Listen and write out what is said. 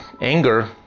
anger